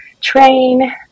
train